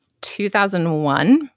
2001